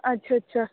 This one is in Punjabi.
ਅੱਛਾ ਅੱਛਾ